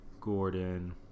Gordon